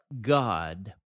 God